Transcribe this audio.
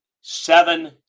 seven